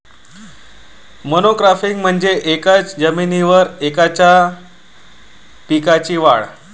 monocropping म्हणजे एकाच जमिनीवर एकाच पिकाची वाढ